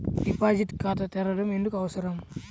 Deposit ఖాతా తెరవడం ఎందుకు అవసరం?